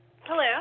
hello